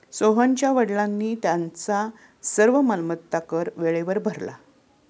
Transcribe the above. सोहनच्या वडिलांनी त्यांचा सर्व मालमत्ता कर वेळेवर भरला